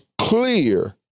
Clear